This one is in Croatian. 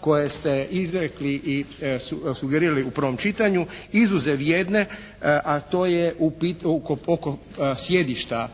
koje ste izrekli i sugerirali u prvom čitanju izuzev jedne, a to je oko sjedišta